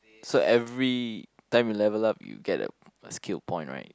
so every time you level up you get a a skill point right